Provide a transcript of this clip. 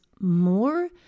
more